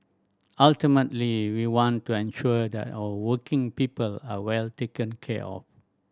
ultimately we want to ensure that our working people are well taken care of